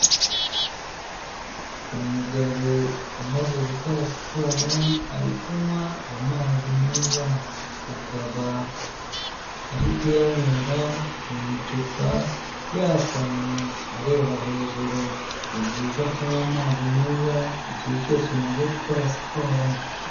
Umugabo umaze gukora siporo ari kunywa amazi meza, akaba ari kuyanywera mu icupa yasamye areba hejuru ni byiza kunywa amazi meza igihe cyose umaze gukora siporo.